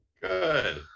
Good